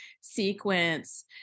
sequence